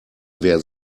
wer